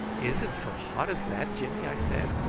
is it so hot as that, jimmy? i said.